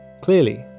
clearly